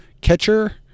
catcher